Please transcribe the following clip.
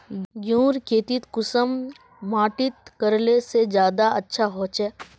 गेहूँर खेती कुंसम माटित करले से ज्यादा अच्छा हाचे?